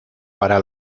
para